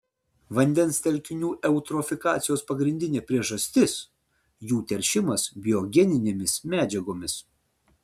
vandens telkinių eutrofikacijos pagrindinė priežastis jų teršimas biogeninėmis medžiagomis